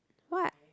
what